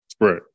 Right